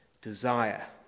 desire